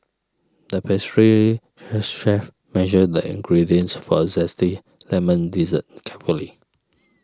the pastry chef measured the ingredients for a Zesty Lemon Dessert carefully